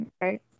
Right